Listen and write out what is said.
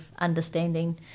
understanding